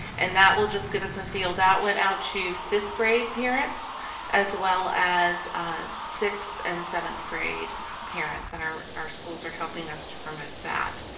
and that will just give us a feel. that went out to fifth grade parents as well as sixth and seventh grade parents. and our our schools are helping us to promote that.